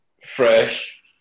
fresh